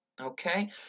Okay